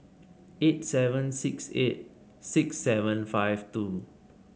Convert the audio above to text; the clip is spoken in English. eight seven six eight six seven five two